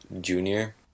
junior